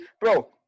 Bro